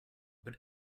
but